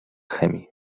chemii